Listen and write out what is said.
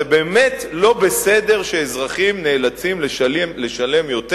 זה באמת לא בסדר שאזרחים נאלצים לשלם יותר